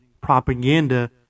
propaganda